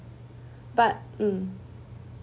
but mm